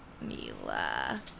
Mila